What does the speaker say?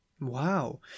Wow